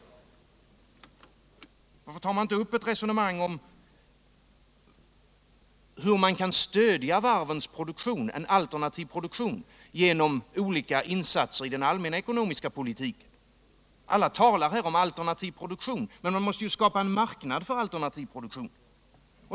Varför tar man vidare inte upp ett resonemang om hur man skall stödja en alternativ produktion vid varven genom olika insatser i den allmänna ekonomiska politiken? Alla talar om alternativ produktion, men man måste skapa en marknad för den.